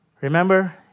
Remember